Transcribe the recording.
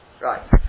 Right